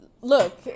Look